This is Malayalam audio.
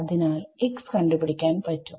അതിനാൽ xകണ്ടുപിടിക്കാൻ പറ്റും